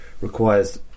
requires